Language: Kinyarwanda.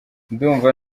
ndumva